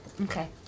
Okay